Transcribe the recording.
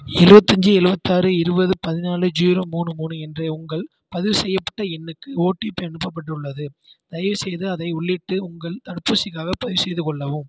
இருபத்தஞ்சி எழுபத்தாறு இருபது பதினாலு ஜீரோ மூணு மூணு என்ற உங்கள் பதிவு செய்யப்பட்ட எண்ணுக்கு ஓடிபி அனுப்பப்பட்டுள்ளது தயவுசெய்து அதை உள்ளிட்டு உங்கள் தடுப்பூசிக்காகப் பதிவு செய்து கொள்ளவும்